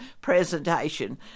presentation